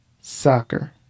Soccer